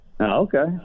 Okay